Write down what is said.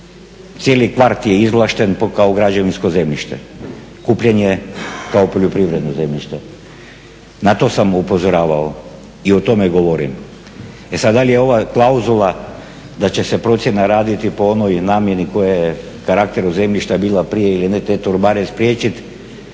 cijeli kvart je izvlašten kao građevinsko zemljište. Kupljen je kao poljoprivredno zemljište. Na to sam upozoravao i o tome govorim. E sad, da li je ova klauzula da će se procjena raditi po onoj namjeni koja je karakteru zemljišta bila prije ili ne te torbare spriječiti